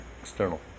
external